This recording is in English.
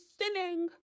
sinning